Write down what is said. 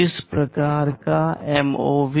किस प्रकार का एमओवी